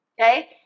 okay